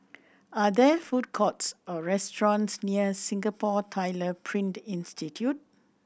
are there food courts or restaurants near Singapore Tyler Print Institute